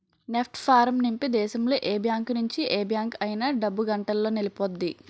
NEFT form నింపి దేశంలో ఏ బ్యాంకు నుంచి ఏ బ్యాంక్ అయినా డబ్బు గంటలోనెల్లిపొద్ది